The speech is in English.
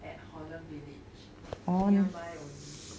at holland village nearby only